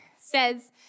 says